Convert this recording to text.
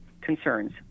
concerns